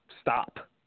stop